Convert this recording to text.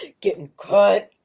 getting cut!